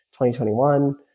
2021